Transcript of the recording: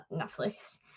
Netflix